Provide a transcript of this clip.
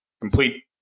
complete